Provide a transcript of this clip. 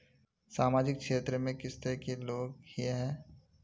सामाजिक क्षेत्र में किस तरह के लोग हिये है?